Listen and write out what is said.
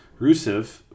Rusev